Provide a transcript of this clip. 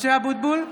(קוראת בשמות חברי הכנסת) משה אבוטבול,